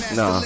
no